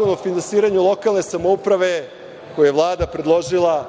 o finansiranju lokalne samouprave koji je Vlada predložila